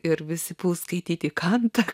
ir visi puls skaityti kantą